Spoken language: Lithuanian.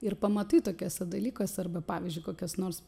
ir pamatai tokiuose dalykuose arba pavyzdžiui kokios nors